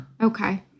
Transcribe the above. Okay